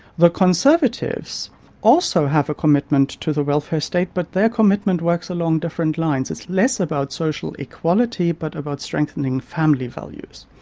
the conservatives also have a commitment to the welfare state but their commitment works along different lines. it's less about social equality but about strengthening family values,